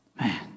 Man